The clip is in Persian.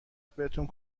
بهتون